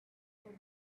walk